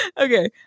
Okay